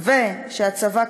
וש"הצבא,